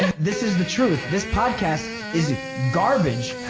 this is the truth this podcast is garbage.